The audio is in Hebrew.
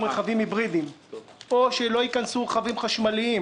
רכבים היברידיים או שלא ייכנסו רכבים חשמליים,